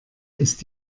ist